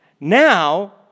Now